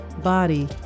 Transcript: body